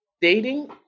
Dating